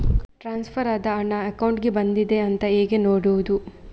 Transfer ಆದ ಹಣ ಅಕೌಂಟಿಗೆ ಬಂದಿದೆ ಅಂತ ಹೇಗೆ ನೋಡುವುದು?